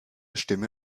stimme